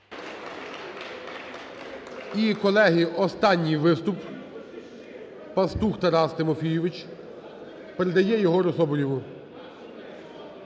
І колеги, останній виступ. Пастух Тарас Тимофійович передає Єгору Соболєву.